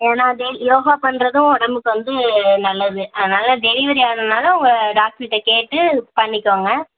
ஏன்னால் அதே யோகா பண்ணுறதும் உடம்புக்கு வந்து நல்லது அதனால் டெலிவரி ஆனனால் உங்க டாக்ட்ருகிட்ட கேட்டு பண்ணிக்கோங்க